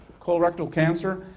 colorectal cancer,